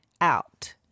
out